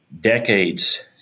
decades